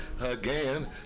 again